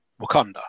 wakanda